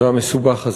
והמסובך הזה.